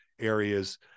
areas